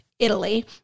Italy